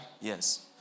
Yes